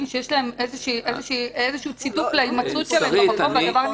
שיש להם צידוק להימצאות שלהם במקום והדבר נתפס.